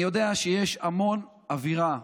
אני יודע שיש המון אווירה,